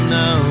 no